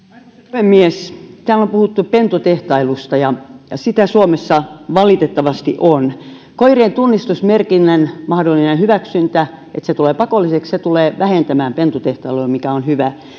puhemies täällä on puhuttu pentutehtailusta ja ja sitä suomessa valitettavasti on koirien tunnistusmerkinnän mahdollinen hyväksyntä jolloin se tulisi pakolliseksi tulee vähentämään pentutehtailua mikä on hyvä